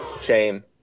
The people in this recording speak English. Shame